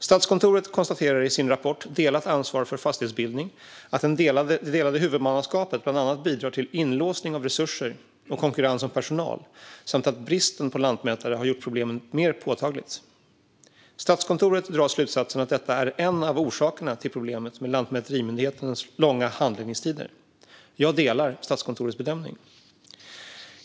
Statskontoret konstaterar i sin rapport Delat ansvar för fastighetsbildning att det delade huvudmannaskapet bland annat bidrar till inlåsning av resurser och konkurrens om personal, samt att bristen på lantmätare har gjort problemet mer påtagligt. Statskontoret drar slutsatsen att detta är en av orsakerna till problemet med lantmäterimyndigheternas långa handläggningstider. Jag delar Statskontorets bedömning.